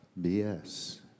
BS